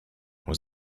was